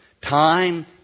Time